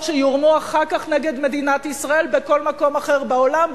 שיורמו אחר כך נגד מדינת ישראל בכל מקום אחר בעולם,